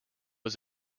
was